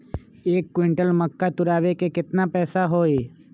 एक क्विंटल मक्का तुरावे के केतना पैसा होई?